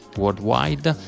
worldwide